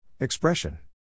Expression